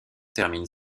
termine